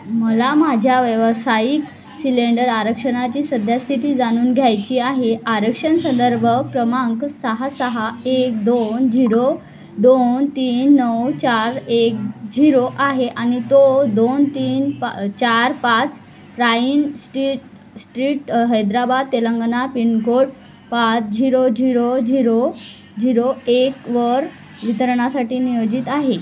मला माझ्या व्यावसायिक सिलेंडर आरक्षणाची सध्याची स्थिती जाणून घ्यायची आहे आरक्षण संदर्भ क्रमांक सहा सहा एक दोन झिरो दोन तीन नऊ चार एक झिरो आहे आणि तो दोन तीन पा चार पाच प्राईन street street Hyderabad Telangana pin code पाच झिरो झिरो झिरो झिरो एक वर वितरणासाठी नियोजित आहे